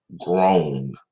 grown